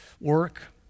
work